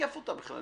מתקף אתה בכלל,